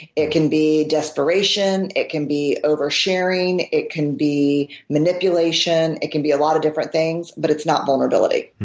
it can be desperation it can be over-sharing it can be manipulation. it can be a lot of different things, but it's not vulnerability.